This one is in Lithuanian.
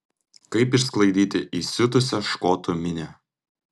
kaip išsklaidyti įsiutusią škotų minią